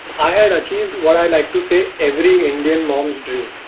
i have ah acheived what i like to say every indian's mom dream,